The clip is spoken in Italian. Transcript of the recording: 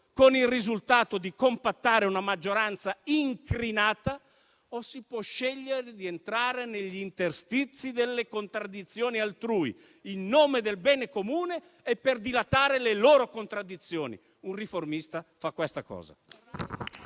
con il risultato di compattare una maggioranza incrinata, o si può scegliere di entrare negli interstizi delle contraddizioni altrui, in nome del bene comune e per dilatare le sue contraddizioni. Un riformista fa questa cosa.